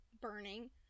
burning